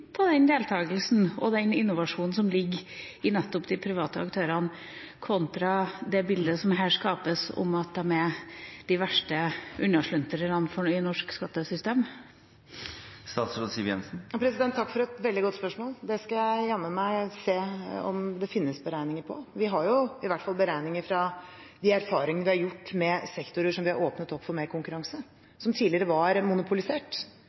på den deltakelsen og den innovasjonen som ligger i nettopp de private aktørene kontra det bildet som her skapes, om at de er de verste unnasluntrerne i norsk skattesystem? Takk for et veldig godt spørsmål. Det skal jeg jammen meg se om det finnes beregninger på. Vi har i hvert fall beregninger fra de erfaringer vi har gjort med sektorer som vi har åpnet opp for mer konkurranse, som tidligere var monopolisert.